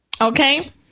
okay